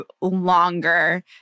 longer